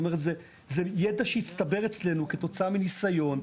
זה ידע שהצטבר אצלנו כתוצאה מניסיון,